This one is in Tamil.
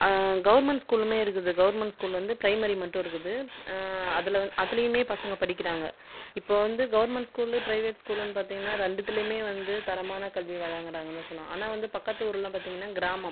கவெர்மென்ட் ஸ்கூலுமே இருக்குது கவெர்மென்ட் ஸ்கூல் வந்து ப்ரைமரி மட்டும் இருக்குது அதுல அதுலயுமே பசங்க படிக்கிறாங்கள் இப்போ வந்து கவெர்மென்ட் ஸ்கூலு ப்ரைவேட் ஸ்கூலுன்னு பார்த்திங்கன்னா இரண்டுதிலியுமே வந்து தரமான கல்வி வழங்குறாங்கனு தான் சொல்லாம் ஆனால் வந்து பக்கத்து ஊருலாம் பார்த்திங்கன்னா கிராமம்